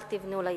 אל תבנו ליהודים.